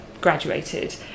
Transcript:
graduated